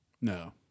No